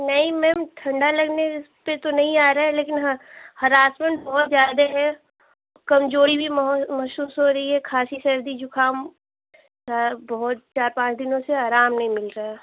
नहीं मैम ठंडा लगने पर तो नहीं आ रहा है लेकिन हाँ हरासमेंट बहुत ज़्यादा है कमज़ोरी भी महसूस हो रही है खाँसी सर्दी ज़ुख़ाम बहुत चार पाँच दिनों से आराम नहीं मिल रहा है